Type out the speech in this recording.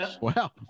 wow